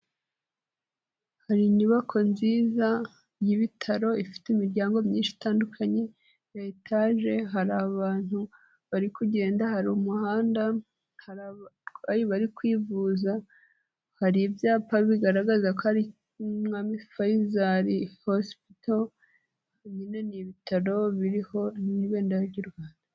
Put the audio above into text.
Hari inyubako nziza y'ibitaro ifite imiryango myinshi itandukanye ya etaje, hari abantu bari kugenda, hari umuhanda, hari abarwayi bari kwivuza, hari ibyapa bigaragaza ko ari iby'umwami Faisal hosipito, binoni ibitaro biriho n'ibendera ry'u Rwanda.